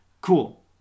cool